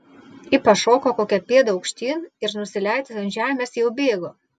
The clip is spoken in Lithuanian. ji pašoko kokią pėdą aukštyn ir nusileidus ant žemės jau bėgo